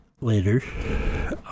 Later